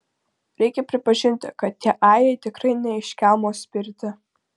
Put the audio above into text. reikia pripažinti kad tie airiai tikrai ne iš kelmo spirti